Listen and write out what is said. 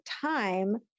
time